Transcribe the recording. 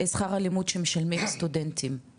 הלימוד שמשלמים סטודנטים,